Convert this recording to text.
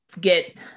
get